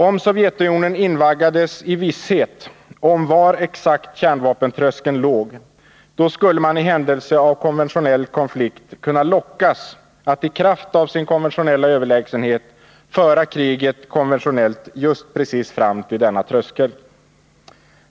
Om Sovjetunionen invaggades i visshet om var exakt kärnvapentröskeln låg, skulle man i händelse av konventionell konflikt kunna lockas att i kraft av sin konventionella överlägsenhet föra kriget konventionellt just precis fram till denna tröskel.